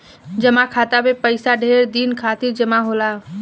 जमा खाता मे पइसा ढेर दिन खातिर जमा होला